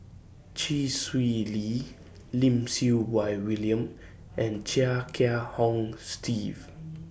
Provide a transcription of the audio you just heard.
Chee Swee Lee Lim Siew Wai William and Chia Kiah Hong Steve